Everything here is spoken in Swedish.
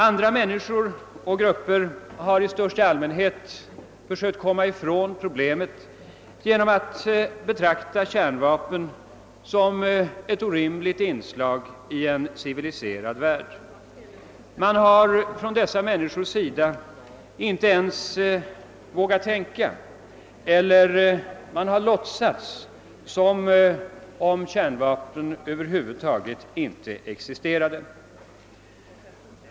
Andra människor och grupper har i största allmänhet försökt komma ifrån problemet genom att betrakta kärnvapnen som ett orimligt inslag i en civiliserad värld. Från dessa människors sida har man inte ens vågat tänka på kärnvapnen, eller man har låtsats som om de över huvud taget inte existerar.